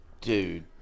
Dude